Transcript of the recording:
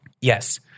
Yes